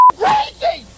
crazy